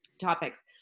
topics